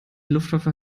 luftwaffe